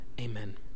Amen